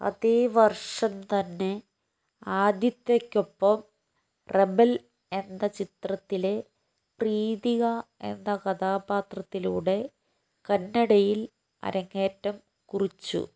അതേ വർഷം തന്നെ ആദിത്യയ്ക്കൊപ്പം റെബൽ എന്ന ചിത്രത്തിലെ പ്രീതിക എന്ന കഥാപാത്രത്തിലൂടെ കന്നഡയിൽ അരങ്ങേറ്റം കുറിച്ചു